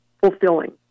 fulfilling